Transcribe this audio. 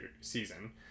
season